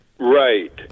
Right